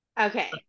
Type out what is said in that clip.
Okay